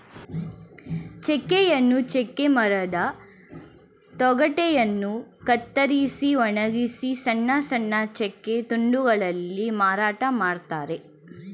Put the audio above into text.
ಚೆಕ್ಕೆಯನ್ನು ಚೆಕ್ಕೆ ಮರದ ತೊಗಟೆಯನ್ನು ಕತ್ತರಿಸಿ ಒಣಗಿಸಿ ಸಣ್ಣ ಸಣ್ಣ ಚೆಕ್ಕೆ ತುಂಡುಗಳಲ್ಲಿ ಮಾರಾಟ ಮಾಡ್ತರೆ